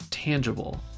tangible